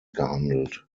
gehandelt